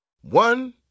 One